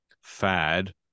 fad